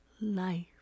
life